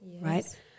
right